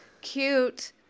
cute